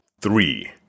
three